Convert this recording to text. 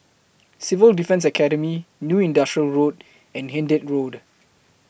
Civil Defence Academy New Industrial Road and Hindhede Road